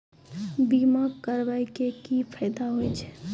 बीमा करबै के की फायदा होय छै?